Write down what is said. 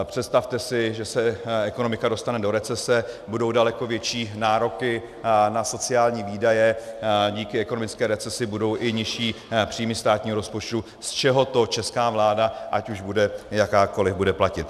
Představte si, že se ekonomika dostane do recese, budou daleko větší nároky na sociální výdaje a díky ekonomické recesi budou i nižší příjmy státního rozpočtu, z čeho to česká vláda, ať už bude jakákoli, bude platit.